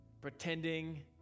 Pretending